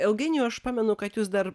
eugenijau aš pamenu kad jūs dar